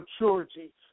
maturity